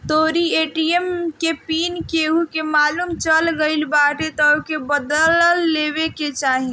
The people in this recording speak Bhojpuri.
तोहरी ए.टी.एम के पिन केहू के मालुम चल गईल बाटे तअ ओके बदल लेवे के चाही